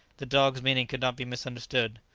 the dog's meaning could not be misunderstood.